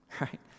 right